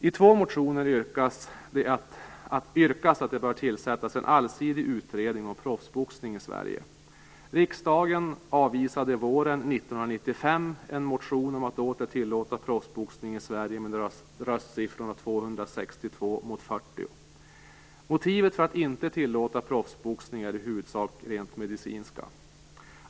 I två motioner yrkas att en allsidig utredning om proffsboxning i Sverige bör tillsättas. mot 40. Motiven för att inte tillåta proffsboxning är i huvudsak rent medicinska.